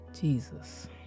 Jesus